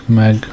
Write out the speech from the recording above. meg